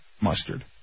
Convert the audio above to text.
mustard